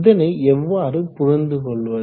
இதனை எவ்வாறு புரிந்து கொள்வது